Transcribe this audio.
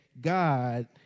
God